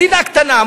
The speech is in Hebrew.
מדינה קטנה,